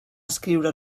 escriure